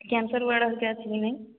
cancer ward ସେଠି ଅଛି କି ନାହିଁ